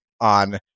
on